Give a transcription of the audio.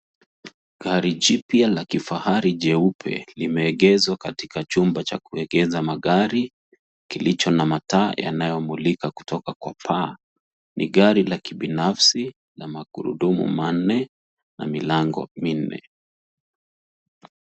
Gari jipya la kifahari jeupe limeegezwa katika chumba cha kuegeza magari kilicho na mataa yanayomulika kutoka kwa paa. Ni gari la kibinafsi na magurudumu manne na milango minne.